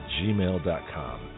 gmail.com